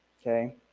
okay